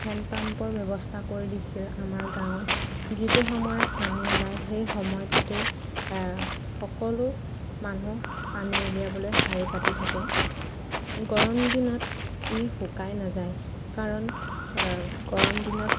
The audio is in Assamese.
হেণ্ড পাম্পৰ ব্যৱস্থা কৰি দিছিল আমাৰ গাঁৱত যিটো সময়ত পানী ওলায় সেই সময়টোতে সকলো মানুহ পানী উলিয়াবলৈ শাৰী পাতি থাকে গৰম দিনত ই শুকাই নাযায় কাৰণ গৰম দিনত